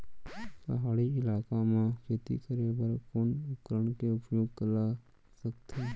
पहाड़ी इलाका म खेती करें बर कोन उपकरण के उपयोग ल सकथे?